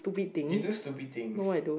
you do stupid things